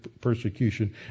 persecution